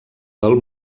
del